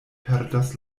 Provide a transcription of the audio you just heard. perdas